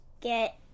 get